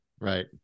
right